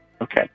Okay